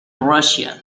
russia